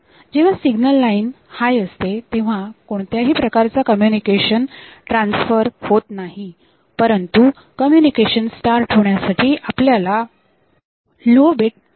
जेव्हा signal line high असते तेव्हा कोणत्याही प्रकारचा कम्युनिकेशन ट्रान्सफर होत नाही परंतु कम्युनिकेशन स्टार्ट होण्यासाठी आपल्याला लो बीट पाठवावी लागते